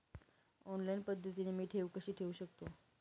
Online पद्धतीने मी ठेव कशी ठेवू शकतो?